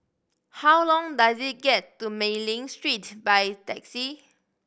how long does it get to Mei Ling Street by taxi